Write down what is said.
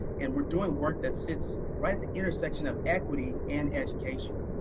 and we're doing work that sits right at the intersection of equity and education.